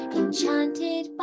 enchanted